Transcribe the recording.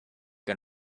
can